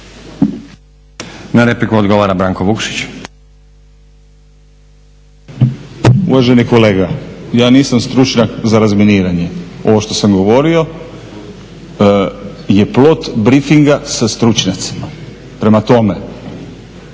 laburisti - Stranka rada)** Uvaženi kolega, ja nisam stručnjak za razminiranje. Ovo što sam govorio je plod brifinga sa stručnjacima. Prema tome,